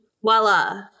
voila